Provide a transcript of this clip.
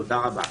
תודה רבה.